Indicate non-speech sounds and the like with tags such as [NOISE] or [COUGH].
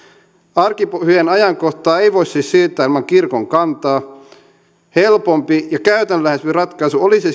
arkipyhien ajankohtaa ei voi siis siirtää ilman kirkon kantaa helpompi ja käytännönläheisempi ratkaisu olisi [UNINTELLIGIBLE]